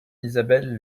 isabelle